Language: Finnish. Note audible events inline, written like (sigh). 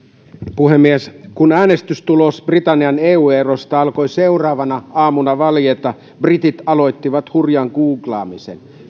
puhemies kun äänestystulos britannian eu erosta alkoi seuraavana aamuna valjeta britit aloittivat hurjan googlaamisen (unintelligible)